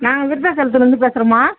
நாங்கள் விருத்தாச்சலத்துலேருந்து பேசுகிறோம்மா